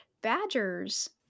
Badgers